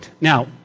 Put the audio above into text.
Now